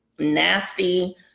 Nasty